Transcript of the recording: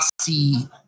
see